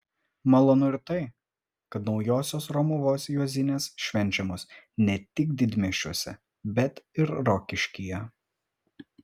malonu ir tai kad naujosios romuvos juozinės švenčiamos ne tik didmiesčiuose bet ir rokiškyje